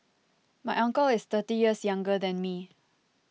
my uncle is thirty years younger than me